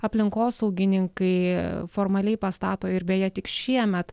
aplinkosaugininkai formaliai pastato ir beje tik šiemet